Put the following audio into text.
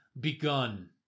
begun